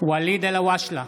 בהצבעה ואליד אלהואשלה,